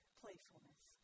playfulness